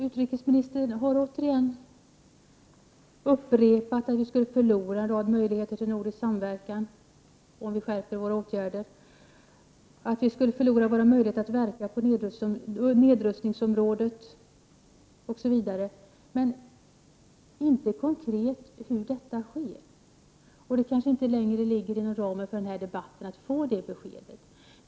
Utrikesministern har återigen upprepat att vi i Sverige skulle förlora en rad möjligheter till nordisk samverkan om vi skärpte våra åtgärder och att vi skulle förlora våra möjligheter att verka på nedrustningsområdet, osv. Men han säger inte hur detta konkret skulle ske. Det kanske inte längre ligger inom ramen för denna debatt att få detta besked.